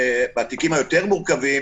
בתיקים היותר מורכבים,